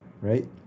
right